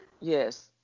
Yes